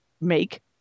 make